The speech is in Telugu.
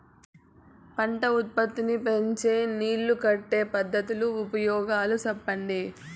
పంట ఉత్పత్తి నీ పెంచే నీళ్లు కట్టే పద్ధతుల ఉపయోగాలు చెప్పండి?